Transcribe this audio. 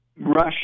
Russia